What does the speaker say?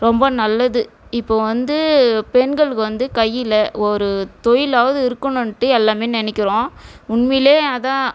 ரொம்ப நல்லது இப்போ வந்து பெண்களுக்கு வந்து கையில் ஒரு தொழில்லாவது இருக்கணுன்ட்டு எல்லாமே நினைக்கிறோம் உண்மையில் அதான்